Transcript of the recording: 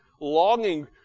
longing